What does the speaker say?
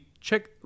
check